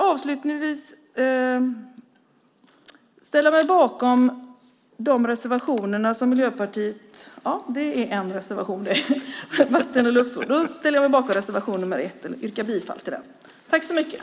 Avslutningsvis vill jag yrka bifall till reservation 1.